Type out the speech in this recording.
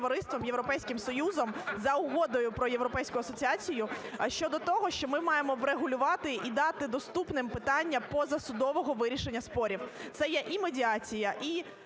Дякую.